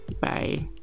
Bye